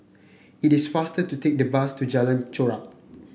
it is faster to take the bus to Jalan Chorak